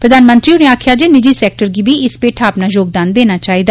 प्रधानमंत्री होरे आक्खेआ जे निजी सैक्टर गी बी इस पेठा अपना योगदान देना चाइदा